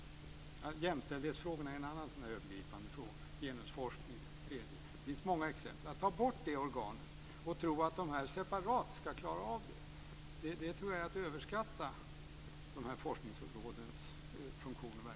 Jämställdhetsfrågorna är en annan övergripande fråga och genusforskningen en tredje. Det finns många exempel. Att ta bort detta organ och tro att de här forskningsråden separat ska klara av det, tror jag är att överskatta deras funktion och verksamhet.